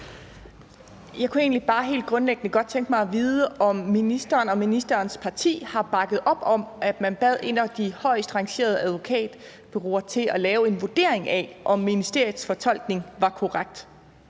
Jeg kunne egentlig bare helt grundlæggende godt tænke mig at vide, om ministeren og ministerens parti har bakket op om, at man bad et af de højest rangerede advokatfirmaer om at lave en vurdering af, om ministeriets fortolkning var korrekt.